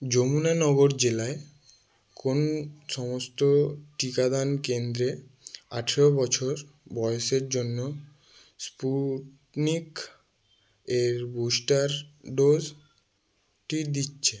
যমুনানগর জেলায় কোন সমস্ত টিকাদান কেন্দ্রে আঠেরো বছর বয়েসের জন্য স্পুটনিক এর বুস্টার ডোজটি দিচ্ছে